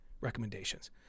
recommendations